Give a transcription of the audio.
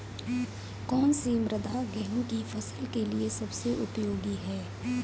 कौन सी मृदा गेहूँ की फसल के लिए सबसे उपयोगी है?